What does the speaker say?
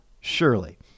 surely